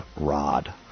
rod